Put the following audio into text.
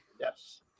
Yes